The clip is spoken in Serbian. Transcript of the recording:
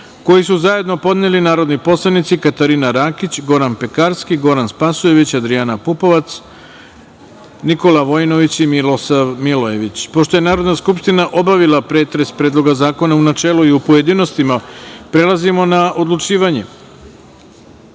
koji su zajedno podneli narodni poslanici Katarina Rakić, Goran Pekarski, Goran Spasojević, Adrijana Pupovac, Nikola Vojinović i Milosav Milojević. Pošto je Narodna skupština obavila pretres Predloga zakona u načelu i u pojedinostima, prelazimo na odlučivanje. Stavljam